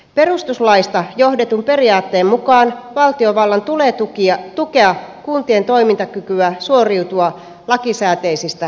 perustuslaista johdetun periaatteen mukaan valtiovallan tulee tukea kuntien toimintakykyä suoriutua lakisääteisistä tehtävistään